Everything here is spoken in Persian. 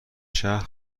شهر